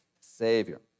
Savior